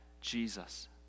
Jesus